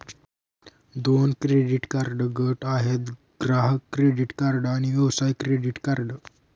दोन credit card गट आहेत, ग्राहक क्रेडिट कार्ड आणि व्यवसाय क्रेडिट कार्ड